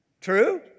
True